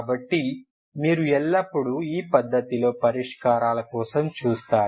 కాబట్టి మీరు ఎల్లప్పుడూ ఈ పద్ధతిలో పరిష్కారాల కోసం చూస్తారు